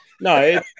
no